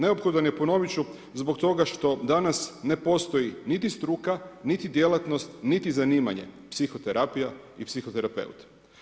Neophodan je, ponoviti ću, zbog toga što danas, ne postoji, niti struka, niti djelatnost, niti zanimanje psihoterapija i psihoterapeut.